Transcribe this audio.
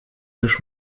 już